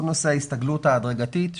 כל נושא ההסתגלות ההדרגתית,